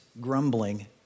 grumbling